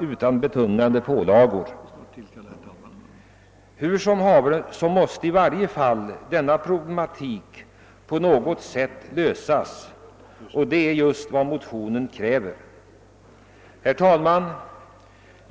utan betungande pålagor. Det problemet måste lösas på något sätt, och det är just vad som krävs 1 motionen. Herr talman!